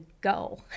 go